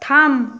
থাম